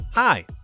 Hi